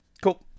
cool